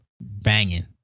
banging